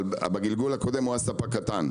אבל בגלגול הקודם הוא היה ספק קטן,